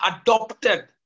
adopted